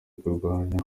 kurwanya